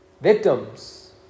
victims